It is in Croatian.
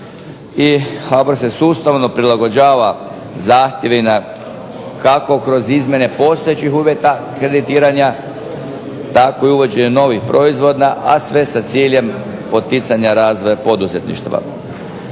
HBOR se sustavno prilagođava zahtjevima kako kroz izmjene postojećih uvjeta kreditiranja tako i uvođenje novih proizvoda, a sve sa ciljem poticanja razvoja poduzetništva.